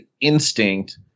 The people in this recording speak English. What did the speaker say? instinct